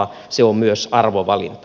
se on myös arvovalinta